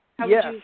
Yes